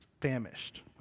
famished